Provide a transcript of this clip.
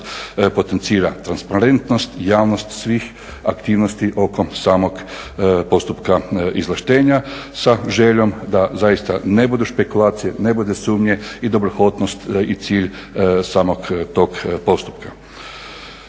potencira transparentnost i javnost svih aktivnosti oko samog postupka izvlaštenja sa željo9m da zaista ne bude špekulacije, ne bude sumnje i dobrohotnost i cilj samog tog postupka.